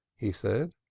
he said.